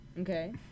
Okay